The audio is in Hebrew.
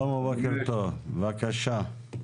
בבקשה.